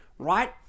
right